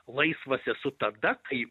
laisvas esu tada kai